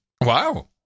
Wow